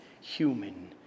human